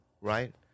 Right